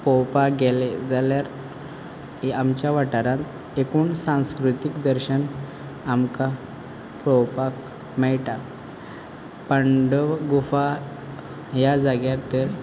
पोवपाक गेले जाल्यार ही आमच्या वाटारान एकूण सांस्कृतीक दर्शन आमकां पोळोपाक मेयटा पांडव गुफा ह्या जाग्यार तर